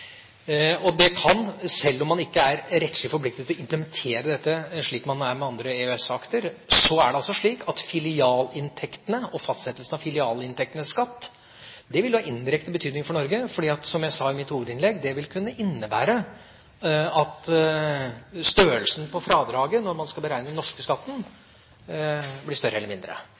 er det altså slik at filialinntektene og fastsettelsen av filialinntektenes skatt vil ha indirekte betydning for Norge. For – som jeg sa i mitt hovedinnlegg – det vil kunne innebære at størrelsen på fradraget når man skal beregne den norske skatten, blir større eller mindre,